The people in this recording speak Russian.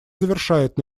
завершает